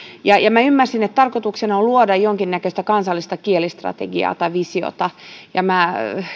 ymmärsin että tarkoituksena on luoda jonkinnäköistä kansallista kielistrategiaa tai visiota